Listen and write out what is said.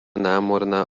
námorná